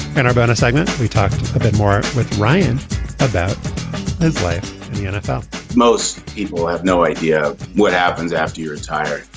and our business but segment we talked a bit more with ryan about his life in the nfl most people have no idea what happens after you retire.